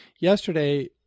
yesterday